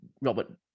Robert